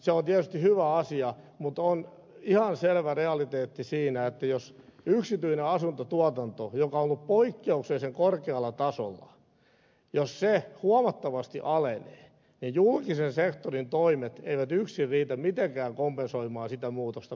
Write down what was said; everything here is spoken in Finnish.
se on tietysti hyvä asia mutta on ihan selvä realiteetti siinä että jos yksityinen asuntotuotanto joka on ollut poikkeuksellisen korkealla tasolla huomattavasti alenee niin julkisen sektorin toimet eivät yksin riitä mitenkään kompensoimaan sitä muutosta kokonaan